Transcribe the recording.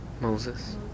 Moses